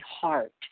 heart